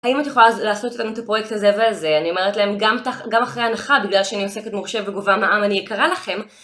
האם את יכולה לעשות איתנו את הפרויקט הזה והזה, אני אומרת להם גם אחרי ההנחה בגלל שאני עוסקת מורשה וגובה מע"מ אני יקרה לכם